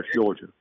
georgia